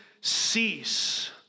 cease